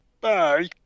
Bye